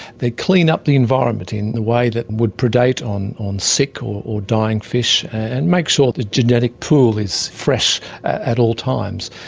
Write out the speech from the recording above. they clean up the environment in the way that would predate on on sick or or dying fish, and make sure the genetic pool is fresh at all times.